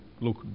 look